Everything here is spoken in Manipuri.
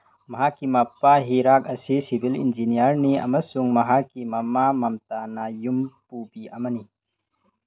ꯃꯍꯥꯛꯀꯤ ꯃꯄꯥ ꯍꯤꯔꯥꯛ ꯑꯁꯤ ꯁꯤꯚꯤꯜ ꯏꯟꯖꯤꯅꯤꯌꯥꯔꯅꯤ ꯑꯃꯁꯨꯡ ꯃꯍꯥꯛꯀꯤ ꯃꯃꯥ ꯃꯝꯇꯥꯅ ꯌꯨꯝ ꯄꯨꯕꯤ ꯑꯃꯅꯤ